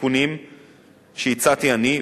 בתיקונים שהצעתי אני,